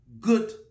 good